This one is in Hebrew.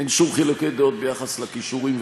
אין שום חילוקי דעות ביחס לכישורים,